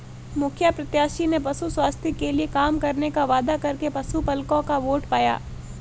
मुखिया प्रत्याशी ने पशु स्वास्थ्य के लिए काम करने का वादा करके पशुपलकों का वोट पाया